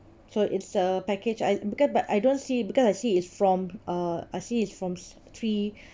so it's a package I because but I don't see because I see is from uh I see is from three